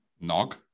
Nog